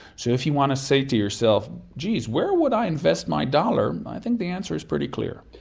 so if you want to say to yourself, geez, where would i invest my dollar? i think the answer is pretty clear.